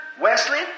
Wesley